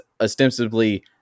ostensibly